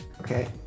Okay